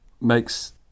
makes